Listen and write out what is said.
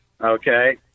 okay